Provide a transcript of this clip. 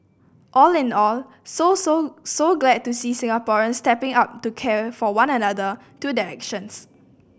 all in all so so so glad to see Singaporeans stepping up to care for one another through their actions